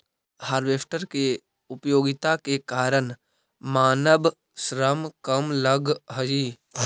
harvester के उपयोगिता के कारण मानव श्रम कम लगऽ हई